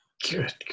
good